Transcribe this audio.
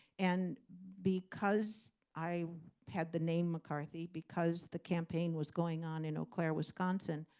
and because i had the name mccarthy, because the campaign was going on in eau claire, wisconsin,